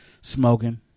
smoking